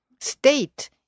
state